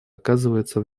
оказывается